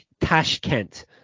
Tashkent